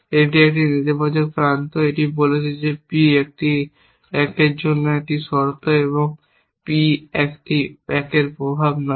এটি একটি নেতিবাচক প্রান্ত এটি বলছে যে P একটি 1 এর জন্য একটি শর্ত এবং P একটি 1 এর প্রভাব নয়